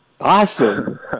Awesome